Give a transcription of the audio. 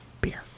beer